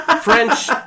French